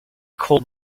colt